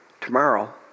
tomorrow